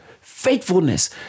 Faithfulness